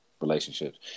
relationships